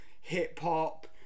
hip-hop